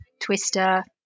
Twister